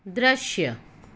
દૃશ્ય